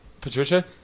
Patricia